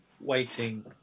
waiting